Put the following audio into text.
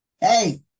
Hey